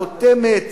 חותמת,